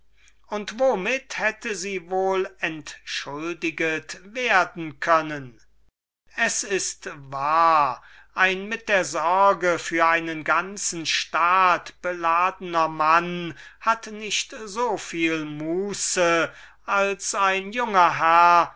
und womit hätte sie wohl entschuldiget werden können es ist wahr ein mann der mit der sorge für einen ganzen staat beladen ist hat nicht so viel muße als ein junger herr